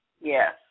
Yes